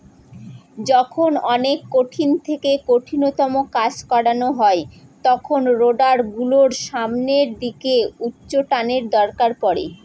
যখন অনেক কঠিন থেকে কঠিনতম কাজ করানো হয় তখন রোডার গুলোর সামনের দিকে উচ্চটানের দরকার পড়ে